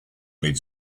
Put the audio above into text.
mid